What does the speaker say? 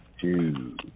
Two